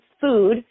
food